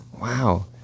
Wow